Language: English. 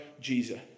Jesus